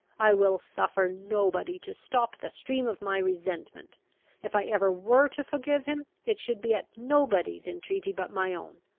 i will suffer nobody to stop the stream of my resentment if i ever were to forgive him, it should be at nobody's, entreaty but my own.